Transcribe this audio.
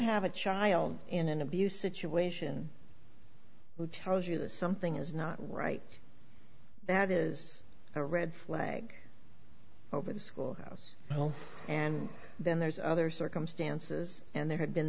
have a child in an abusive situation who tells you that something is not right that is a red flag over the schoolhouse and then there's other circumstances and there had been